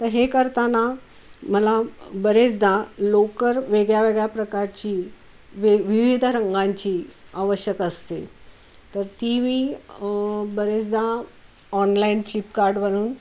तर हे करताना मला बरेचदा लोकर वेगळ्या वेगळ्या प्रकारची वे विविध रंगांची आवश्यक असते तर ती मी बरेचदा ऑनलाईन फ्लिपकार्टवरून